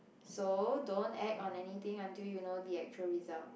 so don't act on anything until you know the actual result